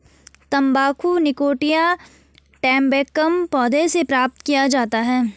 तंबाकू nicotiana tabacum पौधे से प्राप्त किया जाता है